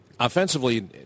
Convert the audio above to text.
offensively